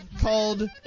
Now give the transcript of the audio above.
called